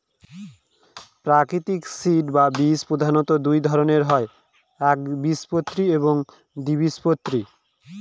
প্রাকৃতিক সিড বা বীজ প্রধানত দুই ধরনের হয় একবীজপত্রী এবং দ্বিবীজপত্রী